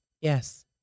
Yes